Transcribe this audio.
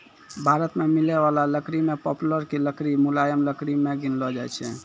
भारत मॅ मिलै वाला लकड़ी मॅ पॉपुलर के लकड़ी मुलायम लकड़ी मॅ गिनलो जाय छै